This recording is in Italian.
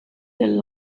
del